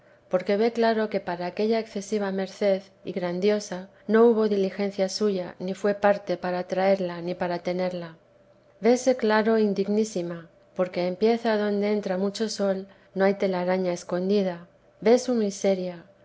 porque ve claro que para aquella excesiva merced y grandiosa no hubo diligencia suya ni fué parte para traerla ni para tenerla vese claro indignísima porque en pieza adonde entra mucho sol no hay telaraña escondida ve su miseria